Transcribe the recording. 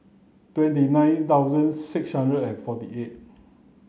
twenty nine thousand six hundred and forty eight